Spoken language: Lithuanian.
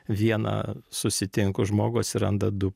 vieną susitinku žmogų atsiranda du